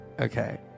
okay